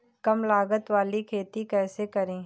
कम लागत वाली खेती कैसे करें?